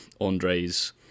Andre's